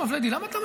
אני עונה לך.